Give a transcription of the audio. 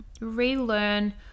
Relearn